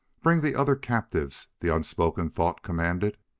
bring the other captives! the unspoken thought commanded.